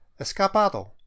Escapado